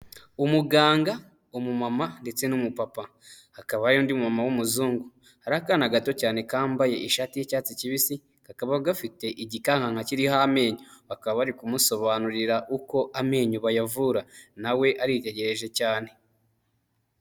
Umuganga, umu mama ndetse n'umupapa hakaba hari undi mama w'umuzungu hari akana gato cyane kambaye ishati y'icyatsi kibisi kakaba gafite igikankaka kiriho amenyo bakaba bari kumusobanurira uko amenyo bayavura nawe aritegereje cyane.